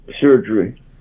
surgery